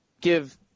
give